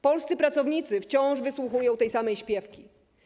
Polscy pracownicy wciąż wysłuchują tej samej śpiewki.